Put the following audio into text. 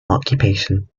occupation